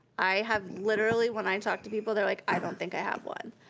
i have, literally when i talk to people, they're like, i don't think i have one.